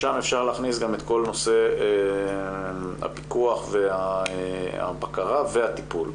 שם אפשר להכניס גם את כל נושא הפיקוח והבקרה והטיפול.